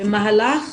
במהלך